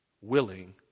willing